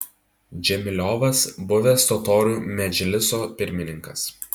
džemiliovas buvęs totorių medžliso pirmininkas